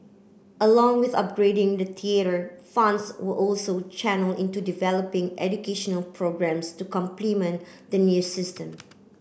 along with upgrading the theatre funds were also channelled into developing educational programmes to complement the new system